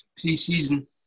pre-season